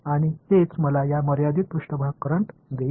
आणि तेच मला एक मर्यादित पृष्ठभाग करंट देईल